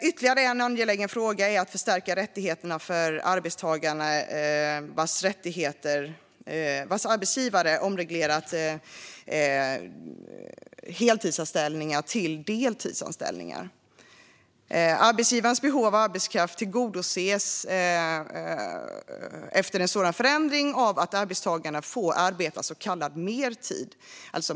Ytterligare en angelägen fråga handlar om att förstärka rättigheterna för arbetstagare vars arbetsgivare har omreglerat heltidsanställning till deltidsanställning. Arbetsgivarens behov av arbetskraft tillgodoses efter en sådan förändring av att arbetstagarna får arbeta så kallad mertid.